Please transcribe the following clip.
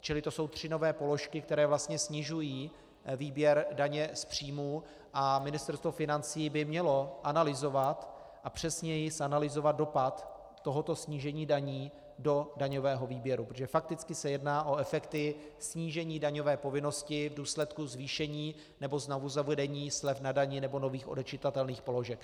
Čili to jsou tři nové položky, které snižují výběr daně z příjmů, a Ministerstvo financí by mělo analyzovat a přesněji zanalyzovat dopad tohoto snížení daní do daňového výběru, protože fakticky se jedná o efekty snížení daňové povinnosti v důsledku zvýšení nebo znovuzavedení slev na dani nebo nových odečitatelných položek.